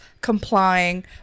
complying